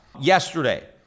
yesterday